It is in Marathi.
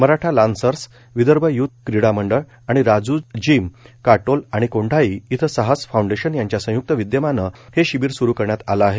मराठा लॉन्सर्स विदर्भ युथ क्रीडा मंडळ आणि राजूज जिम काटोल आणि कोंढाळी येथे साहस फाउंडेशन यांच्या संयुक्त विद्यमानं हे शिबिर सुरु करण्यात आलं आहे